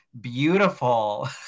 beautiful